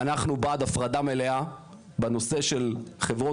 אנחנו בעד הפרדה מלאה בנושא של חברות